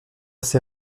ses